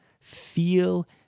feel